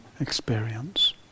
experience